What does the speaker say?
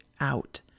out